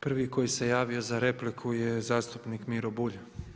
Prvi koji se javio za repliku je zastupnik Miro Bulj.